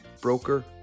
broker